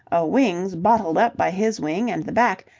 a wing's bottled up by his wing and the back,